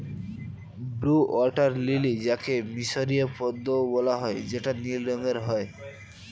blue water lily যাকে মিসরীয় পদ্মও বলা হয় যেটা নীল রঙের হয়